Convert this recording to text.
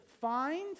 find